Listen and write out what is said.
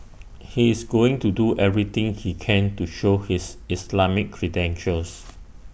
he is going to do everything he can to show his Islamic credentials